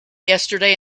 yesterday